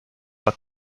but